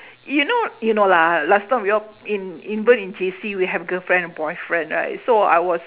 you know you know lah last time we all in even in J_C we have girlfriend and boyfriend right so I was